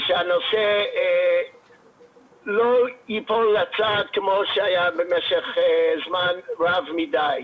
ושהנושא לא ייפול הצידה כמו שהיה במשך זמן רב מדי.